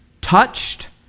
touched